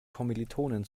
kommilitonen